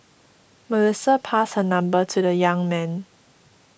Melissa passed her number to the young man